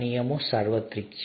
નિયમો સાર્વત્રિક છે